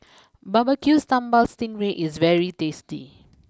BBQ Sambal Sting Ray is very tasty